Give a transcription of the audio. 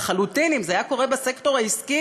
לחלוטין אם זה היה קורה בסקטור העסקי.